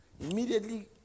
Immediately